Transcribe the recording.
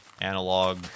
analog